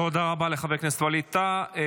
תודה רבה לחבר הכנסת ווליד טאהא.